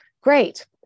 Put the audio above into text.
great